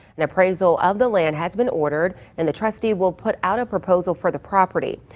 an appraisal of the land has been ordered. and the trustee will put out a proposal for the property.